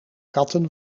katten